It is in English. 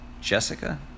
Jessica